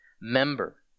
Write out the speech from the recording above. member